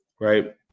right